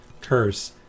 Curse